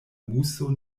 muso